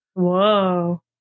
Whoa